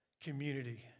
community